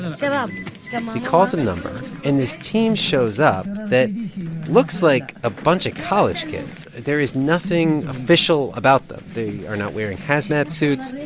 he calls a number. and this team shows up that looks like a bunch of college kids. there is nothing official about them. they are not wearing hazmat suits,